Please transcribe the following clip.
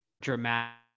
dramatic